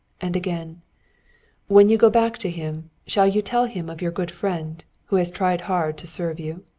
and again when you go back to him, shall you tell him of your good friend who has tried hard to serve you?